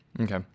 okay